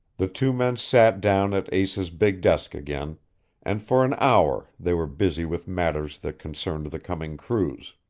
the two men sat down at asa's big desk again and for an hour they were busy with matters that concerned the coming cruise.